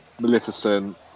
Maleficent